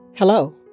Hello